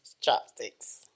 chopsticks